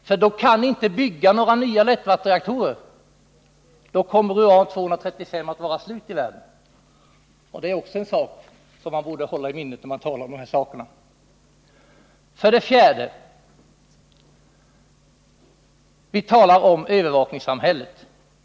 Då kan ni nämligen inte bygga några nya lättvattenreaktorer, eftersom uran 235 vid den tidpunkten kommer att vara slut i världen. Det är också något som man borde ha i minnet när man talar om dessa saker. För det fjärde: Vi talar om övervakningssamhället.